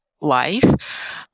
life